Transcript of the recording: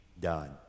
done